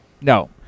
no